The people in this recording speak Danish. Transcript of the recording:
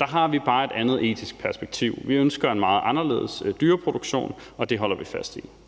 Der har vi bare et andet etisk perspektiv. Vi ønsker en meget anderledes dyreproduktion. Det holder vi fast i.